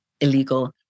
illegal